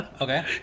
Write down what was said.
okay